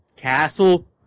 Castle